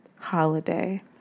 holiday